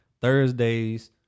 Thursdays